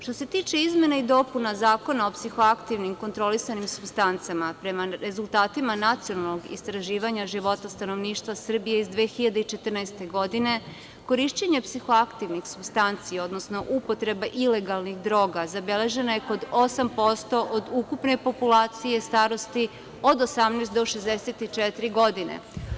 Što se tiče izmena i dopuna Zakona o psihoaktivnim kontrolisanim supstancama, prema rezultatima nacionalnog istraživanja života stanovništava Srbije iz 2014. godine, korišćenje psihoaktivnih supstanci, odnosno upotreba ilegalnih droga zabeležena je kod 8% od ukupne populacije starosti od 18 do 64 godine.